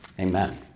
Amen